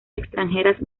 extranjeras